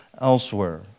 elsewhere